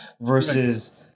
versus